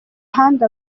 ahandi